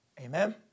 Amen